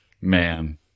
Man